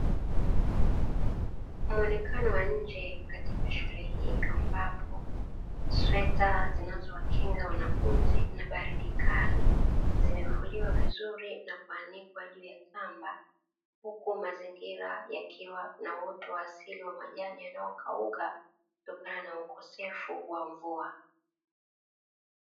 Muonekano wa nje katika shule hii, ambapo sweta zinazowakinga wanafunzi na baridi kali, zimefuliwa vizuri na kuanikwa juu ya kamba, huku mazingira yakiwa na uoto wa asili wa majani yanayokauka kutokana na ukosefu wa mvua.